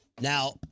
Now